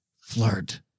Flirt